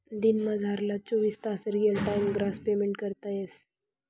दिनमझारला चोवीस तास रियल टाइम ग्रास पेमेंट करता येस